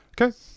Okay